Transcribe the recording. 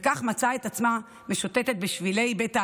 וכך מצאה עצמה משוטטת בשבילי בית העלמין,